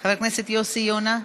חבר הכנסת יוסי יונה,